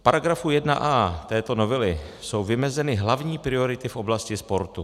V § 1a této novely jsou vymezeny hlavní priority v oblasti sportu.